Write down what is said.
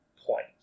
point